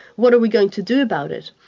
what are we going to do about it?